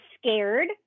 scared